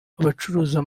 abacuruza